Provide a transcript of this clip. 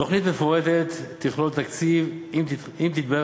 4. תוכנית מפורטת תכלול תקציב עת תתבהר